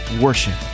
worship